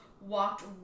walked